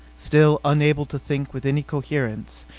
still unable to think with any coherence.